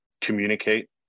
communicate